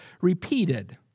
repeated